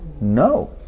No